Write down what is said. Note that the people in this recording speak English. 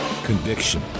Conviction